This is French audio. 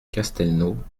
castelnau